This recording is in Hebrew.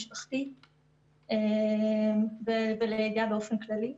משפחתית, ולידע באופן כללי.